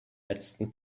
letzten